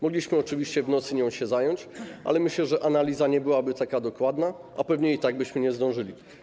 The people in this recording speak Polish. Mogliśmy oczywiście zająć się nią w nocy, ale myślę, że analiza nie byłaby taka dokładna, a pewnie i tak byśmy nie zdążyli.